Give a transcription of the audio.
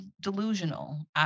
delusional